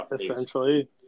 essentially